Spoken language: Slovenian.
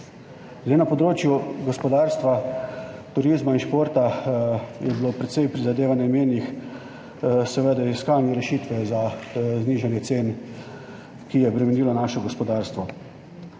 Na področju gospodarstva, turizma in športa je bilo precej prizadevanj namenjenih seveda iskanju rešitve za znižanje cen, ki je bremenilo naše gospodarstvo.